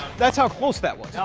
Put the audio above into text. that's how close that was.